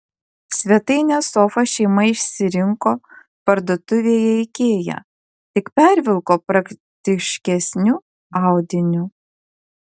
svetainės sofą šeima išsirinko parduotuvėje ikea tik pervilko praktiškesniu audiniu